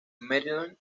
maryland